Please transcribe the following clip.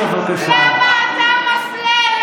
איך הם, אנחנו ממשיכים.